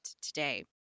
today